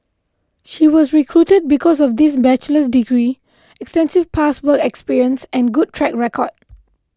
she was recruited because of this bachelor's degree extensive past work experience and good track record